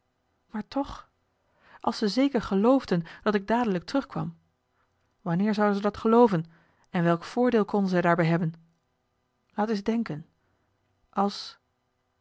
maar toch als ze zeker geloofden dat ik dadelijk terugkwam wanneer zouden ze dat gelooven en welk voordeel konden zij daarbij hebben laat eens denken als